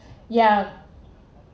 yeah